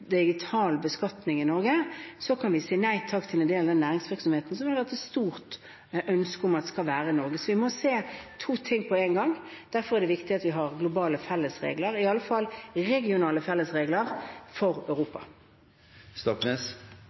digital beskatning i Norge, kan vi si nei takk til en del av den næringsvirksomheten som det har vært et stort ønske om skal være i Norge. Så vi må se to ting på én gang. Derfor er det viktig at vi har globale fellesregler, iallfall regionale fellesregler for